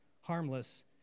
harmless